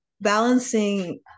balancing